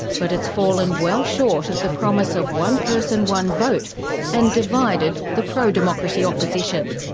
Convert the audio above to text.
but its fallen well short of the promise of one person one vote and divided the pro-democracy opposition.